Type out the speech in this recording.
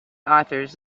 authors